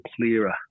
clearer